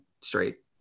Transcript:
straight